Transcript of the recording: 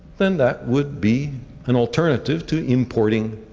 then that would be an alternative to importing